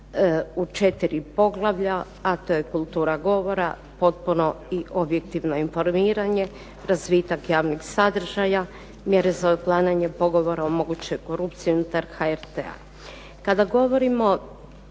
u 4 poglavlja, a to je kultura govora, potpuno i objektivno informiranje, razvitak javnih sadržaja, mjere za otklanjanje pogovora o mogućoj korupciji unutar HRT-a.